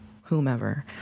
whomever